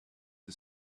the